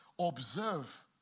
Observe